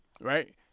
Right